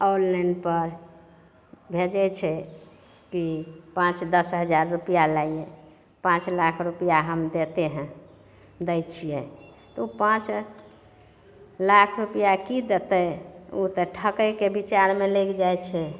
ऑनलाइनपर भेजै छै की पाँच दस हजार रुपया लाइये पाँच लाख रुपया हम देते हैं दै छियै तऽ ओ पाँच लाख रुपया की देतै ओ तऽ ठकैके बिचारमे लागि जाइ छै